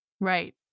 Right